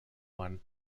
one